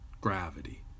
gravity